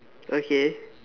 okay